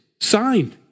Signed